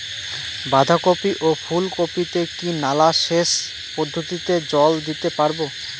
বাধা কপি ও ফুল কপি তে কি নালা সেচ পদ্ধতিতে জল দিতে পারবো?